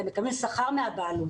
הם מקבלים שכר מן הבעלות.